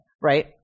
right